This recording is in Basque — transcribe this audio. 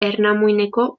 ernamuinetako